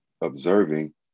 observing